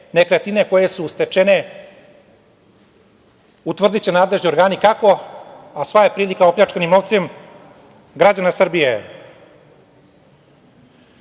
nekretnine koje su stečene, utvrdiće nadležni organi kako, a sva je prilika opljačkanim novcem građana Srbije? Na